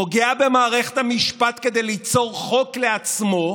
פוגע במערכת המשפט כדי ליצור חוק לעצמו,